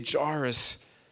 Jairus